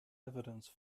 evidence